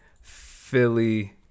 Philly